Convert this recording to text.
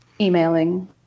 emailing